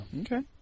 Okay